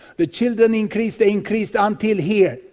the children increased, they increased until here.